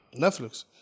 Netflix